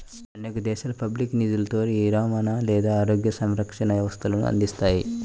అనేక దేశాలు పబ్లిక్గా నిధులతో విరమణ లేదా ఆరోగ్య సంరక్షణ వ్యవస్థలను అందిస్తాయి